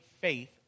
faith